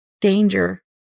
danger